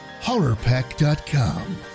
Horrorpack.com